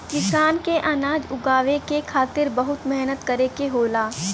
किसान के अनाज उगावे के खातिर बहुत मेहनत करे के होला